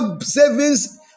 savings